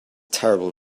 terrible